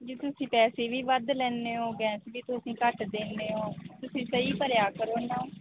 ਜੀ ਤੁਸੀਂ ਪੈਸੇ ਵੀ ਵੱਧ ਲੈਂਦੇ ਹੋ ਗੈਸ ਵੀ ਤੁਸੀਂ ਘੱਟ ਦਿੰਦੇ ਹੋ ਤੁਸੀਂ ਸਹੀ ਭਰਿਆ ਕਰੋ ਨਾ